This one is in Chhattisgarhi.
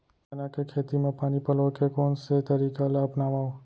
चना के खेती म पानी पलोय के कोन से तरीका ला अपनावव?